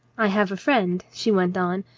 i have a friend, she went on,